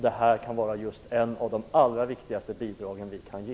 Det kan vara ett av de allra viktigaste bidrag som vi kan ge.